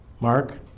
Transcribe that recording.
Mark